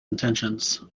intentions